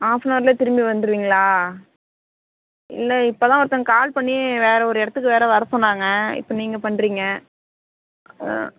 half an ஹவரிலே திரும்பி வந்துடுவீங்களா இல்லை இப்போதான் ஒருத்தங்க கால் பண்ணி வேறு ஒரு இடத்துக்கு வேறு வரச் சொன்னாங்க இப்போ நீங்கள் பண்ணுறீங்க